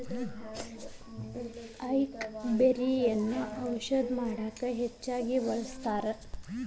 ಅಕೈಬೆರ್ರಿಯನ್ನಾ ಔಷಧ ಮಾಡಕ ಹೆಚ್ಚಾಗಿ ಬಳ್ಸತಾರ